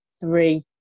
three